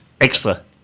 Extra